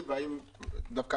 אם זה טוב לכם